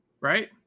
right